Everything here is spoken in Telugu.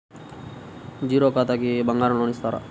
జీరో ఖాతాకి బంగారం లోన్ ఇస్తారా?